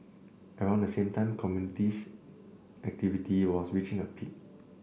around the same time communist activity was reaching a peak